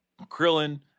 Krillin